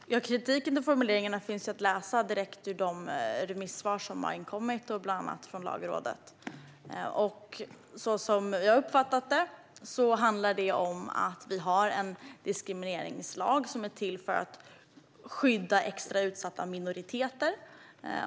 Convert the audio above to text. Fru talman! Ja, kritiken och formuleringarna finns ju att läsa direkt i de remissvar som har inkommit från bland annat Lagrådet. Som jag uppfattat det handlar det om att vi har en diskrimineringslag som är till för att skydda extra utsatta minoriteter.